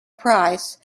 price